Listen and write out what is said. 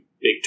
big